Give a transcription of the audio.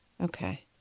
Okay